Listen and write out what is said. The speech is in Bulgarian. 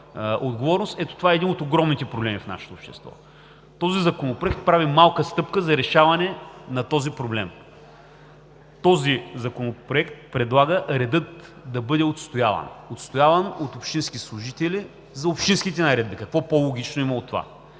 отговорност, ето това е един от огромните проблеми в нашето общество. Законопроектът прави малка стъпка за решаването на този проблем. Този законопроект предлага редът да бъде отстояван от общинските служители за общинските наредби. Какво по-логично има от това?